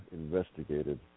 investigated